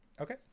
Okay